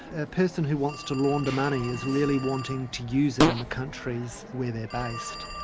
a person who wants to launder money is really wanting to use it in the countries where they're based.